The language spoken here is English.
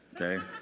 Okay